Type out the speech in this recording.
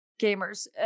gamers